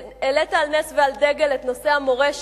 העלית על נס ועל דגל את נושא המורשת